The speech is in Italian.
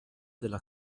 della